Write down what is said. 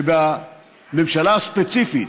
שבממשלה הספציפית